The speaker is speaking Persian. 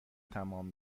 تمام